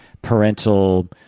parental